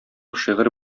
шигырь